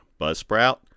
Buzzsprout